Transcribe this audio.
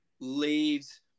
leaves